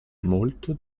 molto